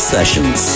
Sessions